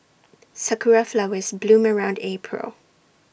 Sakura Flowers bloom around April